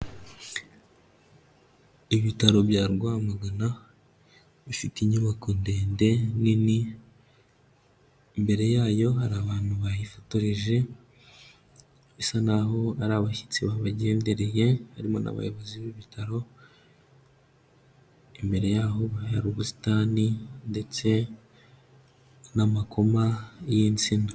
Ibitaro bya Rwamagana bifite inyubako ndende nini, imbere yayo hari abantu bahifotoreje bisa n'aho ari abashyitsi babagendereye, harimo n'abayobozi b'ibitaro, imbere yaho hari ubusitani ndetse n'amakoma y'insina.